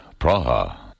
Praha